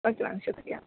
okay ma'am شکریہ